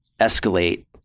escalate